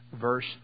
verse